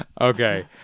Okay